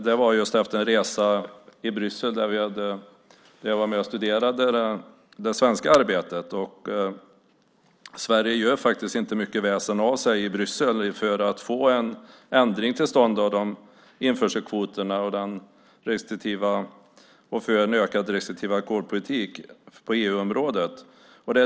Det var efter en resa till Bryssel där vi studerade det svenska arbetet. Sverige gör inte mycket väsen av sig i Bryssel för att få till stånd en ändring av införselkvoterna och för att införa en restriktiv alkoholpolitik i EU-området.